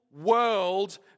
world